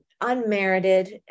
unmerited